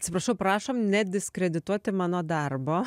atsiprašau prašom nediskredituoti mano darbo